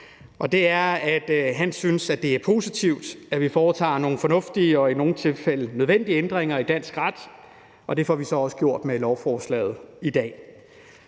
fremføre følgende budskab: Det er positivt, at vi foretager nogle fornuftige og i nogle tilfælde nødvendige ændringer af dansk ret, og det får vi så også gjort med lovforslaget i dag.